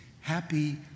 happy